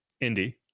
Indy